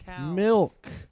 Milk